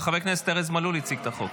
חבר הכנסת ארז מלול הציג את החוק.